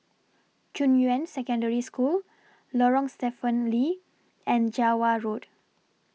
Junyuan Secondary School Lorong Stephen Lee and Java Road